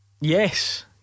Yes